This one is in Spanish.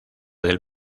del